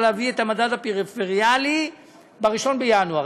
להביא את המדד הפריפריאלי ב-1 בינואר.